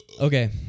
Okay